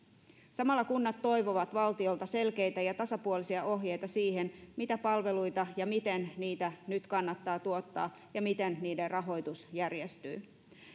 samalla kunnat toivovat valtiolta selkeitä ja tasapuolisia ohjeita siihen mitä palveluita ja miten niitä nyt kannattaa tuottaa ja miten niiden rahoitus järjestyy